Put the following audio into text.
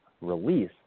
release